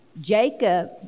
Jacob